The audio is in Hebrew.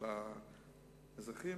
לכ-25% מהאזרחים,